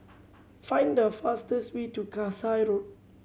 find the fastest way to Kasai Road